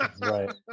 Right